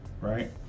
right